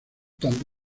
tanto